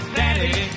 daddy